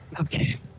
Okay